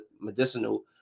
medicinal